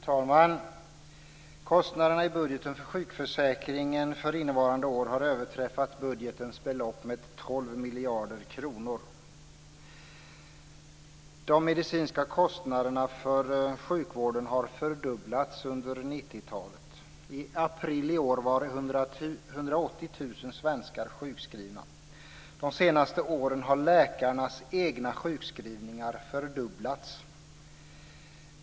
Fru talman! Kostnaderna i budgeten för sjukförsäkringen för innevarande år har överträffat budgetens belopp med 12 miljarder kronor. De medicinska kostnaderna för sjukvården har fördubblats under 90 talet. I april i år var 180 000 svenskar sjukskrivna. De senaste åren har läkarnas egna sjukskrivningar fördubblats.